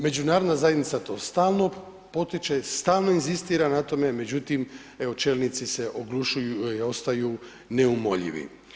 Međunarodna zajednica to stalno potiče, stalno inzistira na tome, međutim evo čelnici se oglušuju i ostaju neumoljivi.